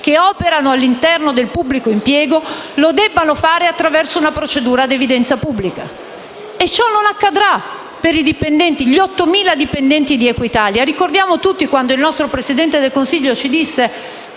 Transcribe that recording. che operano all'interno del pubblico impiego lo debbano fare attraverso una procedura ad evidenza pubblica e ciò non accadrà per gli 8.000 dipendenti di Equitalia. Ricordiamo tutti cosa ha detto il Presidente del Consiglio,